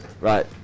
Right